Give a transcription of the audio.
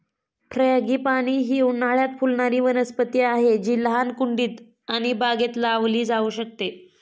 frangipani ही उन्हाळयात फुलणारी वनस्पती आहे जी लहान कुंडीत आणि बागेत लावली जाऊ शकते